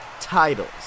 titles